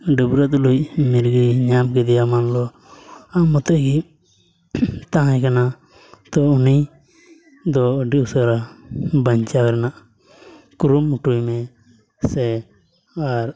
ᱰᱟᱹᱵᱽᱨᱟᱹᱜ ᱛᱩᱞᱩᱡ ᱢᱤᱨᱜᱤ ᱧᱟᱢ ᱠᱮᱫᱮᱭᱟ ᱢᱟᱱᱞᱚ ᱟᱡ ᱢᱚᱛᱚ ᱜᱮᱢ ᱛᱟᱦᱮᱸ ᱠᱟᱱᱟ ᱛᱳ ᱩᱱᱤ ᱫᱚ ᱟᱹᱰᱤ ᱩᱥᱟᱹᱨᱟ ᱵᱟᱧᱪᱟᱣ ᱨᱮᱱᱟᱜ ᱠᱩᱨᱩᱢᱩᱴᱩᱭ ᱢᱮ ᱥᱮ ᱟᱨ